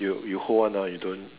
you you hold on ah you don't